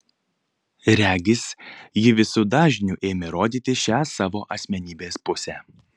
regis ji visu dažniu ėmė rodyti šią savo asmenybės pusę